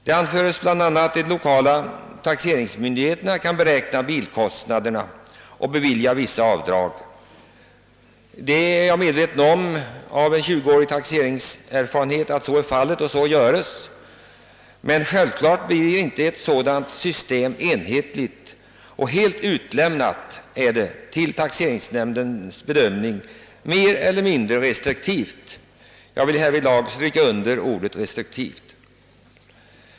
Det anföres bl.a. att de lokala taxeringsmyndigheterna kan beräkna bilkostnaderna och bevilja vissa avdrag. Tjugo års taxeringserfarenhet gör att jag är medveten om att så sker, men självklart blir inte ett sådant system enhetligt, utlämnat till taxeringsnämndernas bedömning, mer eller mindre restriktivt — jag vill här stryka under ordet restriktivt behandlat.